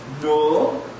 No